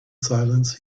silence